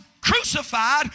crucified